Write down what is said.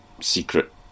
secret